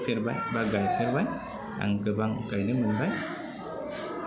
फोफेरबाय बा गायफेरबाय आं गोबां गायनो मोनबाय